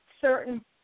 certain